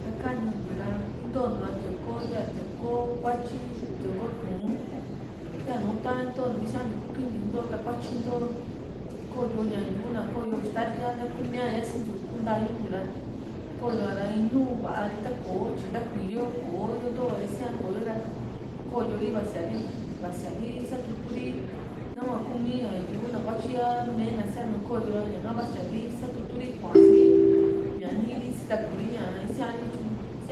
saka ñuu ntiu ra intontua tío´ko ya tío´ko kuatyi tío´ko tuun yanu ta ntontiu isiantiu into takuatyi into koyo ña yu´u na koyo ixtali a ntakumiaa yasintiu kuu ntayuntiu ra koyo´ara in núu va´a tatyi ko nakuiyo kò´o yo nto ka isiaa koyo ra koyori vasiari satuturi nahua kumi ña yu´u na kuatyi a mee ná sianu koyo ra ña´ha vasiari satutu ri kua´si ri ñaa nii ri sitaku ri isiari tyu